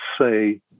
say